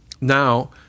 Now